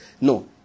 No